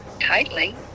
tightly